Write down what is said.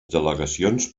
delegacions